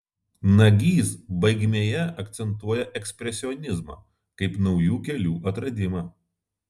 nagys baigmėje akcentuoja ekspresionizmą kaip naujų kelių atradimą